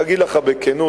להגיד לך בכנות,